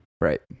Right